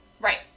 right